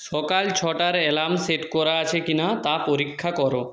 সকাল ছটার alarm set করা আছে কি না তা পরীক্ষা করো